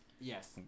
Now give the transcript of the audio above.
Yes